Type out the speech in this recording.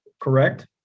correct